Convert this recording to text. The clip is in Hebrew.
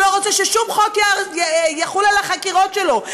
הוא לא רוצה ששום חוק יחול על החקירות שלו.